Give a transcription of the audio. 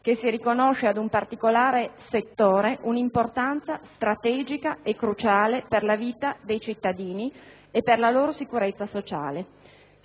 che si riconosce ad un particolare settore un'importanza strategica e cruciale per la vita dei cittadini e per la loro sicurezza sociale.